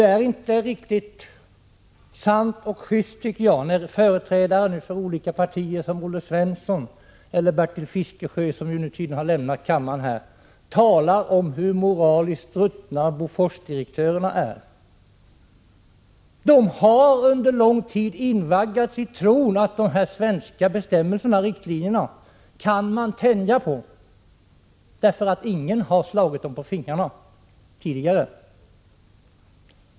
Det är inte riktigt sant och just, när företrädare för olika partier, som Olle Svensson och Bertil Fiskesjö, talar om hur moraliskt ruttna Boforsdirektörerna är. De har under lång tid invaggats i tron att de svenska bestämmelserna och riktlinjerna kan tänjas — därför att ingen har slagit dem på fingrarna tidigare.